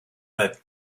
that